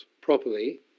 properly